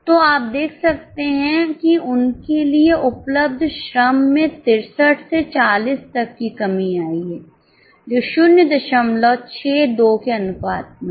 तो आप देख सकते हैं कि उनके लिए उपलब्ध श्रम में 63 से 40 तक की कमी आई है जो 062 के अनुपात में है